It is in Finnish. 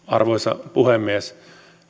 arvoisa puhemies